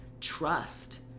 trust